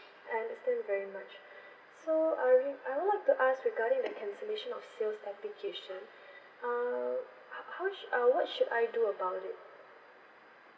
I understand very much so I re~ I would to ask regarding the cancellation of sales application uh how how much uh what should I do about it